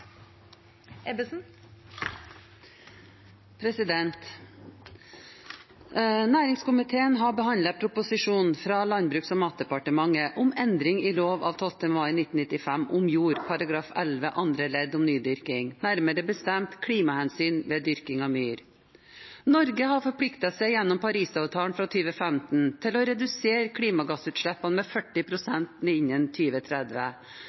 Næringskomiteen har behandlet proposisjonen fra Landbruks- og matdepartementet om endring i lov av 12. mai 1995 om jord § 11 andre ledd om nydyrking, nærmere bestemt om klimahensyn ved dyrking av myr. Norge har forpliktet seg gjennom Parisavtalen fra 2015 til å redusere klimagassutslippene med 40